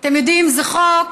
אתם יודעים, זה חוק